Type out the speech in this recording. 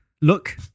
look